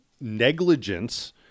negligence